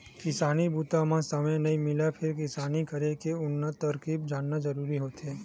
किसानी बूता म समे नइ मिलय फेर किसानी करे के उन्नत तरकीब जानना जरूरी होथे